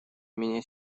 меня